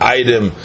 item